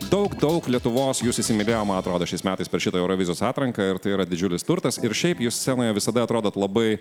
daug daug lietuvos jus įsimylėjo man atrodo šiais metais per šitą eurovizijos atranką ir tai yra didžiulis turtas ir šiaip jūs scenoje visada atrodot labai